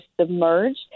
submerged